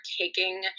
taking